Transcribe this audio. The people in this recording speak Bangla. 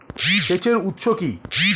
সেচের উৎস কি?